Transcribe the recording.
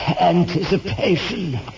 anticipation